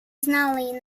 знала